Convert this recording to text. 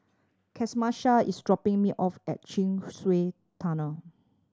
Camisha is dropping me off at Chin Swee Tunnel